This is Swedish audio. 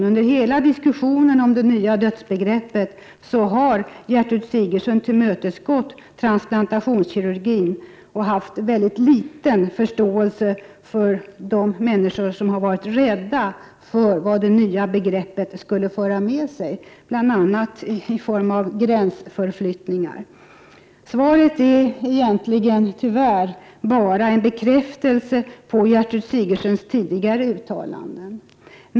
Under hela diskussionen om det nya dödsbegreppet har hon tillmötesgått transplantationskirurgin och haft mycket liten förståelse för de människor som varit rädda för vad det nya begreppet skulle föra med sig, bl.a. i form av gränsförflyttningar. Svaret är, tyvärr, bara en bekräftelse på Gertrud Sigurdsens tidigare uttalanden.